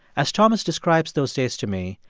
as thomas describes those days to me,